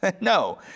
No